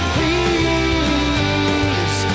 Please